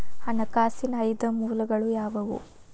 ಹಣಕಾಸಿನ ಐದು ಮೂಲಗಳು ಯಾವುವು?